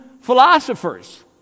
philosophers